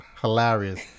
hilarious